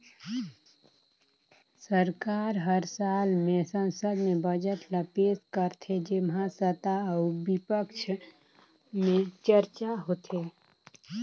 सरकार हर साल में संसद में बजट ल पेस करथे जेम्हां सत्ता अउ बिपक्छ में चरचा होथे